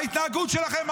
ההתנהגות שלכם,